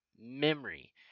memory